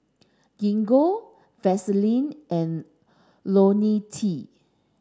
Gingko Vaselin and Ionil T